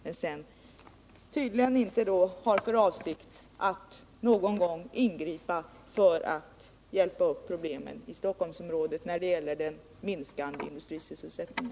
Herr Huss har tydligen inte för avsikt att någon gång ingripa för att avhjälpa problemen i Stockholmsområdet när det gäller den minskande industrisysselsättningen.